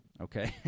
Okay